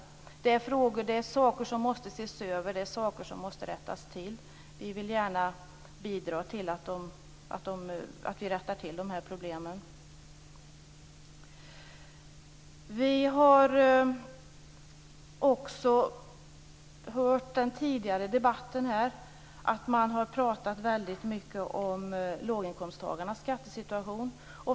Det är saker som måste ses över, saker som måste rättas till. Vi vill gärna bidra till att rätta till de här problemen. Vi har också hört i den tidigare debatten att man har pratat väldigt mycket om låginkomsttagarnas skattesituation.